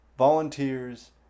Volunteers